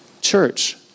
church